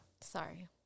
Sorry